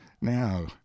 Now